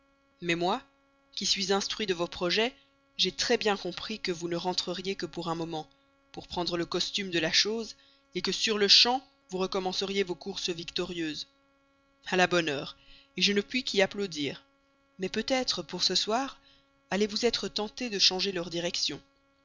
mais moi qui suis instruit de vos projets j'ai très bien compris que vous ne rentreriez que pour un moment pour prendre le costume de la chose que sur-le-champ vous recommenceriez vos courses victorieuses a la bonne heure je ne puis qu'y applaudir mais peut-être pour ce soir allez-vous être tenté de changer leur direction